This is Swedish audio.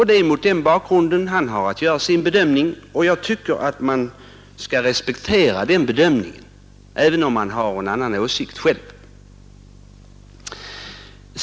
Det är mot den bakgrunden han har att göra sin bedömning, och jag tycker att man skall respektera den bedömningen även om man har en annan åsikt själv.